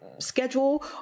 schedule